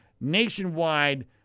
nationwide